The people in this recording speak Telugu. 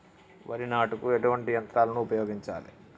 వరి నాటుకు ఎటువంటి యంత్రాలను ఉపయోగించాలే?